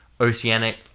oceanic